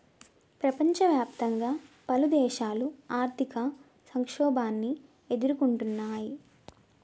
ప్రపంచవ్యాప్తంగా పలుదేశాలు ఆర్థిక సంక్షోభాన్ని ఎదుర్కొంటున్నయ్